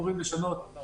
שחקן ראוי להתמודד,